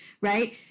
right